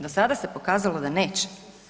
Do sada se pokazalo da neće.